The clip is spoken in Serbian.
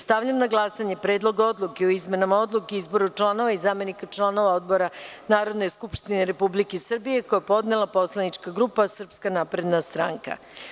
Stavljam na glasanje Predlog odluke o izmenama Odluke o izboru članova i zamenika članova odbora Narodne skupštine Republike Srbije, koji je podnela Poslanička grupa SNS.